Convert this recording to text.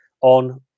on